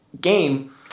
game